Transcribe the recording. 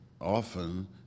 often